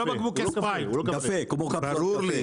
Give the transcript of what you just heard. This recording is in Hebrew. ברור לי